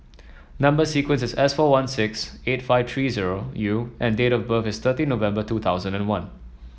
number sequence is S four one six eight five three zero U and date of birth is thirty November two thousand and one